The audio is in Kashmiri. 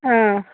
آ